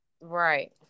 Right